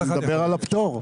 אני מדבר על הפטור.